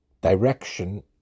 Direction